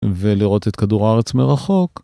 ולראות את כדור הארץ מרחוק...